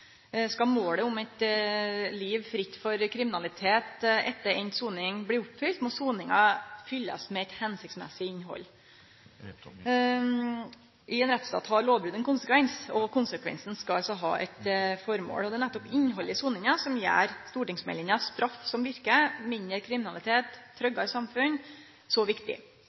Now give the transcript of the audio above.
Skal målet om eit liv fritt for kriminalitet etter avslutta soning bli oppfylt, må soninga fyllast med eit hensiktsmessig innhald. I ein rettsstat har lovbrot ein konsekvens, og konsekvensen skal altså ha eit formål. Det er nettopp innhaldet i soninga som gjer stortingsmeldinga, Straff som virker – mindre kriminalitet – tryggere samfunn, så viktig.